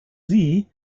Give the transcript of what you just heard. sie